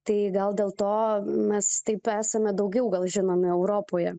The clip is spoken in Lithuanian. tai gal dėl to mes taip esame daugiau gal žinomi europoje